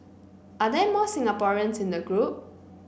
are there more Singaporeans in the group